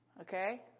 Okay